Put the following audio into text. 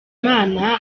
imana